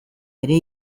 ere